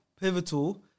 pivotal